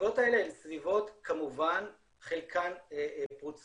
הסביבות האלה הן סביבות כמובן חלקן פרוצות,